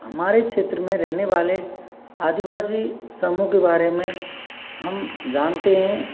हमारे क्षेत्र में रहने वाले आदिवासी समूह के बारे में हम जानते